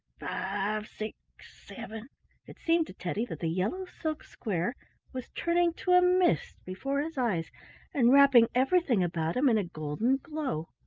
five six seven it seemed to teddy that the yellow silk square was turning to a mist before his eyes and wrapping everything about him in a golden glow.